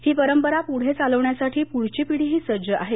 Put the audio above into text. ही परंपरा पुढे चालवण्यासाठी पुढची पिढीही सज्ज आहे